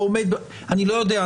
אני לא יודע.